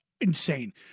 insane